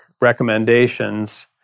recommendations